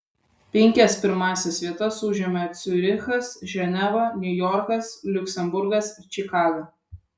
penkias pirmąsias vietas užėmė ciurichas ženeva niujorkas liuksemburgas ir čikaga